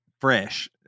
fresh